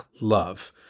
love